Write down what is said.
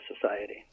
society